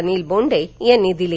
अनिल बोंडे यांनी दिले